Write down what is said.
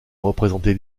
représenter